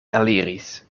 eliris